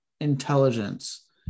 intelligence